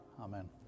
Amen